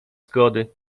zgody